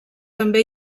també